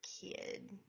kid